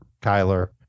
Kyler